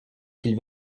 qu’il